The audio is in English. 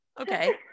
okay